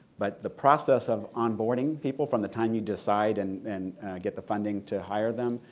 but the process of on boarding people from the time you decide and and get the funding to hire them,